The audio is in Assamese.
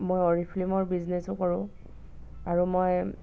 মই অৰিফিলিমৰ বিজনেছো কৰোঁ আৰু মই